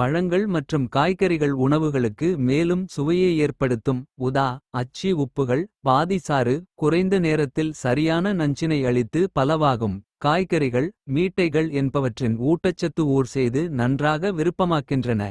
பழங்கள் மற்றும் காய்கறிகள். உணவுகளுக்கு மேலும் சுவையை ஏற்படுத்தும் உதா. அச்சி உப்புகள் பாதி சாறு குறைந்த நேரத்தில். சரியான நஞ்சினை அளித்து பலவாகும். காய்கறிகள் மீட்டைகள் என்பவற்றின் ஊட்டச்சத்து. ஊர்செய்து நன்றாக விருப்பமாக்கின்றன.